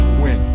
win